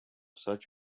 such